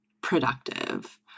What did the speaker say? productive